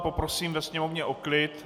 Poprosím ve sněmovně o klid.